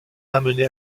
amenés